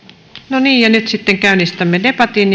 niin ja nyt sitten käynnistämme debatin